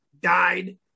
died